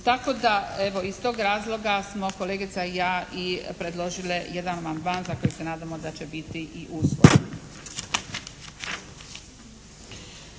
Tako da evo iz tog razloga smo kolegica i ja i predložile jedan amandman za koji se nadamo da će biti i usvojen.